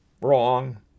Wrong